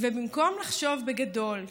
ובמקום לחשוב בגדול,